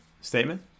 statement